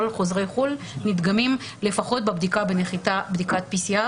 כל חוזרי חו"ל נדגמים לפחות בנחיתה בבדיקת PCR,